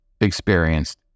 experienced